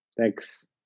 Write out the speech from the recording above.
Thanks